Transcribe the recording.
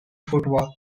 football